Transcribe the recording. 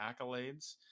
accolades